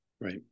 Right